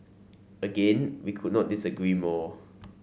again we could not disagree more